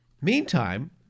Meantime